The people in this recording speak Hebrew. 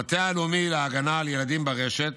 המטה הלאומי להגנה על ילדים ברשת,